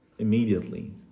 immediately